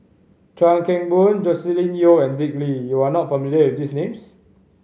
Chuan Keng Boon Joscelin Yeo and Dick Lee you are not familiar with these names